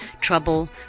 trouble